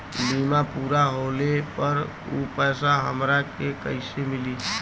बीमा पूरा होले पर उ पैसा हमरा के कईसे मिली?